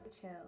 chill